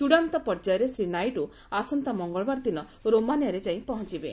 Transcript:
ଚୃଡ଼ାନ୍ତ ପର୍ଯ୍ୟାୟରେ ଶ୍ରୀ ନାଇଡ଼ୁ ଆସନ୍ତା ମଙ୍ଗଳବାର ଦିନ ରୋମାନିଆରେ ଯାଇ ପହଞ୍ଚବେ